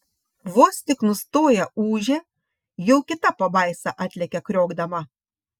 vos tik nustoja ūžę jau kita pabaisa atlekia kriokdama